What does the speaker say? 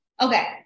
Okay